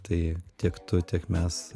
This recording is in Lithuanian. tai tiek tu tiek mes